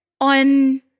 on